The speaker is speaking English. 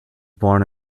born